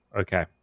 Okay